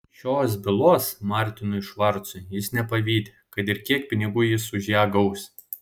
šios bylos martinui švarcui jis nepavydi kad ir kiek pinigų jis už ją gaus